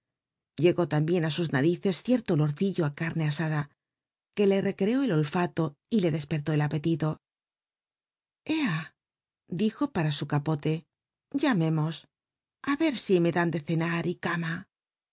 llegó lambien á u na rices cierto olorcillo ú carne aatla uc le r o treo d olfato le tlc pcrlo el apetito ea di jo para su capote llamemos a ver si me dan tic cenar cama